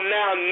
now